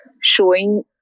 showing